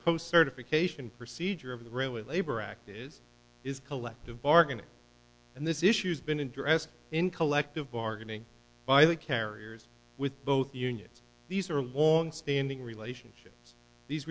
post certification procedure of the room with labor act is is collective bargaining and this issue's been addressed in collective bargaining by the carriers with both unions these are longstanding relationships these